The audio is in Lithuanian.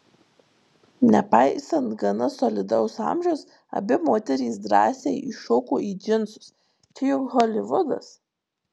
nepaisant gana solidaus amžiaus abi moterys drąsiai įšoko į džinsus čia juk holivudas